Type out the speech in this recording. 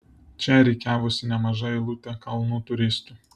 čia rikiavosi nemaža eilutė kalnų turistų